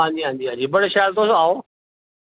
हां जी हां जी हां जी बड़े शैल तुस आओ